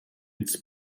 its